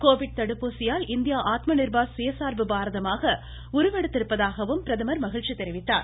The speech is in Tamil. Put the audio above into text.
கோவிட் தடுப்பூசியால் இந்தியா ஆத்ம நிர்பார் சுய சார்பு பாரதமாக உருவெடுத்திருப்பதாகவும் அவர் மகிழ்ச்சி தெரிவித்தார்